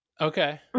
okay